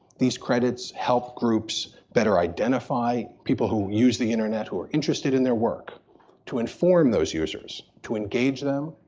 these credits help groups better identify people who use the internet who are interested in their work to inform those users, to engage them,